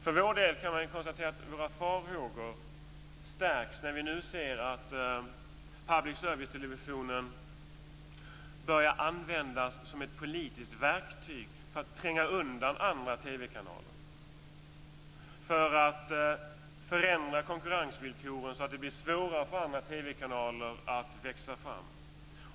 För vår del stärks våra farhågor när vi nu ser att public service-televisionen börjar användas som ett politiskt verktyg för att tränga undan andra TV kanaler, för att förändra konkurrensvillkoren så att det blir svårare för andra TV-kanaler att växa fram.